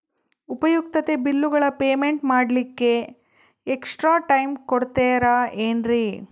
ಉಪಯುಕ್ತತೆ ಬಿಲ್ಲುಗಳ ಪೇಮೆಂಟ್ ಮಾಡ್ಲಿಕ್ಕೆ ಎಕ್ಸ್ಟ್ರಾ ಟೈಮ್ ಕೊಡ್ತೇರಾ ಏನ್ರಿ?